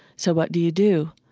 so what do you do?